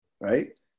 right